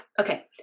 okay